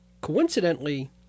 Coincidentally